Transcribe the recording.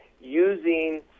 using